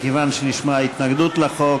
מכיוון שנשמעה התנגדות לחוק,